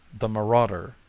the marauder